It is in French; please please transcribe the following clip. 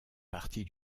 partie